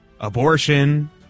abortion